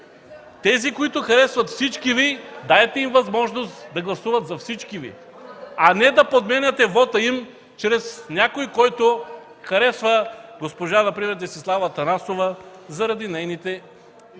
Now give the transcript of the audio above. тези, които харесват всички Ви, дайте им възможност да гласуват за всички Ви! А не да подменяте вота им чрез някого, който харесва например госпожа Десислава Атанасова заради нейните качества.